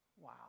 Wow